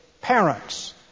parents